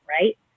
right